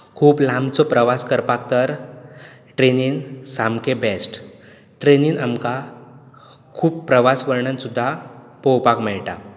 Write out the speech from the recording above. खूब लांबचो प्रवास करपाक तर ट्रेनीन सामकें बेस्ट ट्रेनीन आमकां खूब प्रवास वर्णन सुद्दां पळोवपाक मेळटा